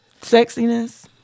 Sexiness